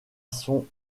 son